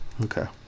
Okay